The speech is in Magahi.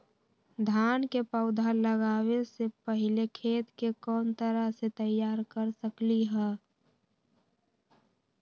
धान के पौधा लगाबे से पहिले खेत के कोन तरह से तैयार कर सकली ह?